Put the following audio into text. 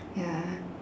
ya